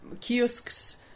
kiosks